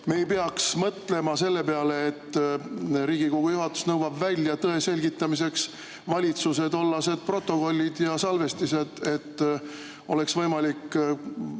me ei peaks mõtlema selle peale, et Riigikogu juhatus nõuab tõe selgitamiseks välja valitsuse tollased protokollid ja salvestised, et oleks võimalik